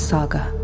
Saga